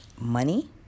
money